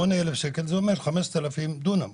זה אומר 5,000 שקלים.